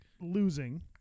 losing